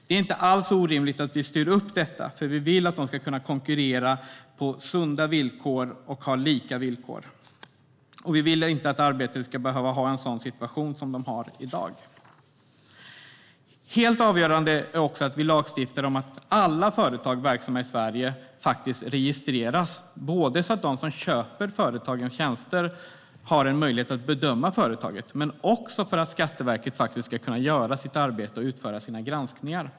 Det är inte alls orimligt att vi styr upp detta, för vi vill att de ska kunna konkurrera på sunda och lika villkor. Vi vill inte att arbetare ska behöva ha en sådan situation som de har i dag. Helt avgörande är också att vi lagstiftar om att alla företag verksamma i Sverige registreras, både för att de som köper företagens tjänster ska ha en möjlighet att bedöma företagen och för att Skatteverket ska kunna göra sitt arbete och utföra sina granskningar.